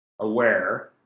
aware